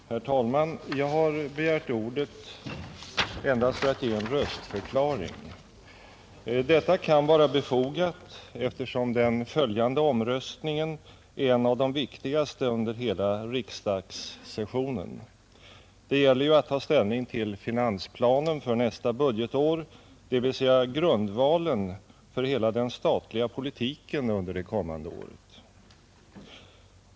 Herr talman! Jag har begärt ordet endast för att ge en röstförklaring. Detta kan vara befogat, eftersom den följande omröstningen är en av de viktigaste under hela riksdagssessionen. Det gäller ju att ta ställning till finansplanen för nästa budgetår, dvs. grundvalen för hela den statliga politiken under det kommande året.